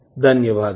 ధన్యవాదములు